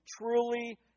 truly